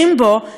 זה אתם.